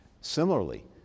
similarly